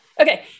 Okay